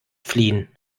fliehen